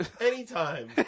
Anytime